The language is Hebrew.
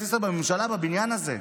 ישראל, בממשלה, בבניין הזה.